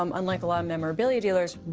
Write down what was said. um unlike a lot of memorabilia dealers,